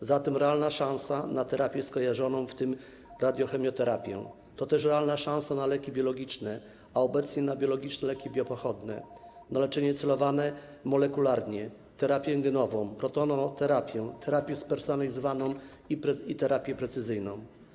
A zatem realna szansa na terapię skojarzoną, w tym radiochemioterapię, to też realna szansa na leki biologiczne, a obecnie biologiczne leki biopodobne, leczenie celowane molekularnie, terapię genową, protonoterapię, terapię spersonalizowaną i terapię precyzyjną.